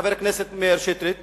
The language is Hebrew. חבר הכנסת מאיר שטרית,